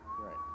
Right